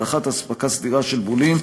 הבטחת אספקה סדירה של בולים,